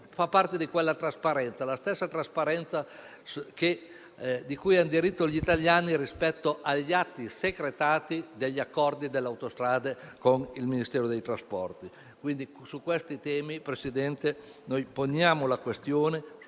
fa parte di quella stessa trasparenza cui hanno diritto gli italiani rispetto agli atti secretati degli accordi di Autostrade con il Ministero dei trasporti. Su questi temi, signor Presidente, noi poniamo la questione: